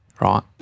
right